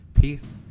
peace